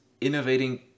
innovating